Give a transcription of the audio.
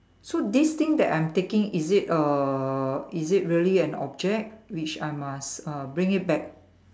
so this thing that I'm taking is it err is it really an object which I must uh bring it back